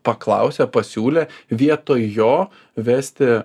paklausė pasiūlė vietoj jo vesti